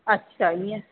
अछा ईअं